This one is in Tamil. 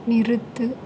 நிறுத்து